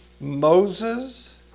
Moses